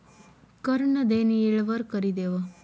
कर नं देनं येळवर करि देवं